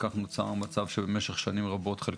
כך נוצר מצב בו במשך שנים רבות חלק